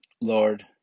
Lord